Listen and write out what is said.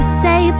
say